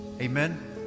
Amen